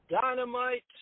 dynamite